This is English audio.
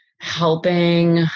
helping